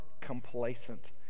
complacent